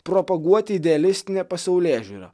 propaguoti idealistinę pasaulėžiūrą